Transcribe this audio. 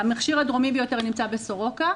המכשיר הדרומי ביותר נמצא בסורוקה.